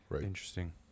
Interesting